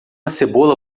cebola